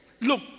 look